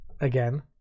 again